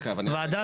וועדה